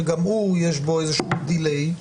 שגם יש בו איזושהי השהייה,